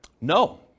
No